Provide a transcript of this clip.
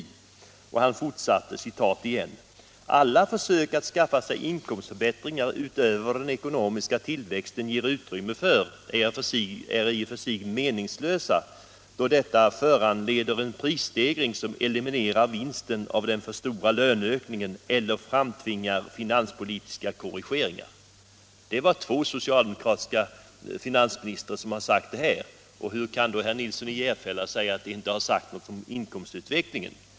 Och han fortsatte: ” Alla försök att skaffa sig inkomstförbättringar utöver vad den ekonomiska tillväxten ger utrymme för är i och för sig meningslösa, då detta föranleder en prisstegring som eliminerar vinsten av den för stora löneökningen, eller framtvingar finanspolitiska korrigeringar.” Det är två socialdemokratiska finansministrar som har sagt detta. Hur kan då herr Nilsson i Järfälla påstå att de inte har sagt någonting om inkomstutvecklingen?